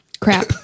Crap